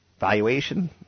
Valuation